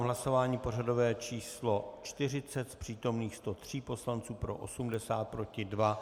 Hlasování pořadové číslo 40, z přítomných 103 poslanců pro 80, proti 2.